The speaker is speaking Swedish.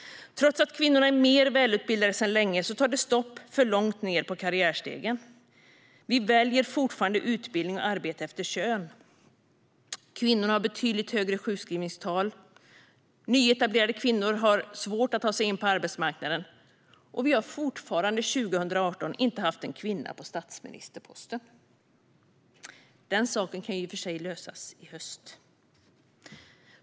Trots att kvinnorna är mer välutbildade sedan länge tar det stopp alltför långt ned på karriärstegen. Vi väljer fortfarande utbildning och arbete efter kön. Kvinnor har betydligt högre sjukskrivningstal. Nyetablerade kvinnor har svårt att ta sig in på arbetsmarknaden. Och vi har fortfarande - 2018 - inte haft en kvinna på statsministerposten. Men den saken kan i och för sig lösas i höst.